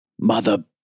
Mother